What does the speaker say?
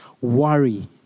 worry